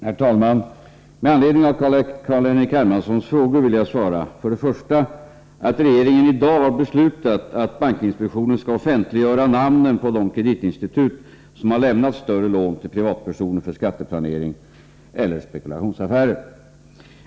Flerttalman! Med anledning av CarlFlenrik Hermanssons frågor vill jag privatpersoner för svara för det första att regeringen i dag har beslutat att bankinspektionen skatteplanering och skall offentliggöra namnen på de kreditinstitut som har lämnat större lån till spekulation privatpersoner för skatteplanering eller spekulationsaffärer.